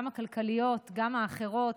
גם הכלכליות וגם האחרות,